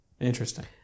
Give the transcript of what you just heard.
Interesting